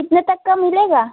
कितने तक का मिलेगा